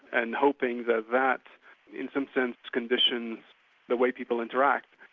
and hoping that that in some sense, conditions the way people interact.